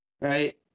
Right